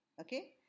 Okay